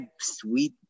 Sweet